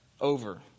over